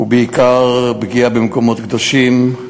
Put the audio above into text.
ובעיקר פגיעה במקומות קדושים,